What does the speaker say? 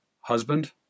husband